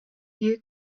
you